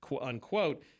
unquote